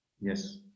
Yes